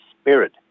Spirit